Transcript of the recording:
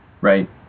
right